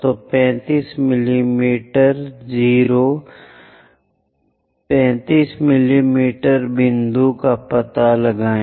तो 35 मिमी 0 35 मिमी के बिंदु का पता लगाएं